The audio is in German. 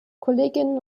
kolleginnen